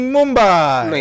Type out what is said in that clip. Mumbai